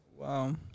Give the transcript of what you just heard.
Wow